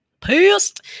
Pissed